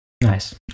Nice